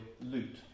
loot